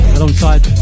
alongside